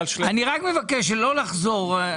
אני רק מבקש לא לחזור.